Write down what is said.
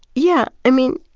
yeah. i mean